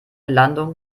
landung